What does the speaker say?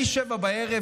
מהשעה 19:00,